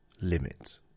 limit